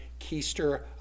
keister